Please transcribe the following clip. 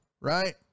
right